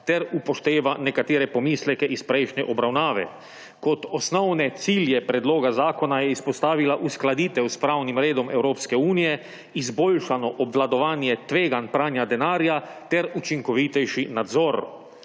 ter upošteva nekatere pomisleke iz prejšnje obravnave. Kot osnovne cilje predloga zakona je izpostavila uskladitev s pravnim redom Evropske unije, izboljšano obvladovanje tveganj pranja denarja ter učinkovitejši nadzor.